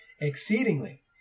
exceedingly